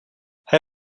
hij